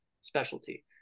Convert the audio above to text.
specialty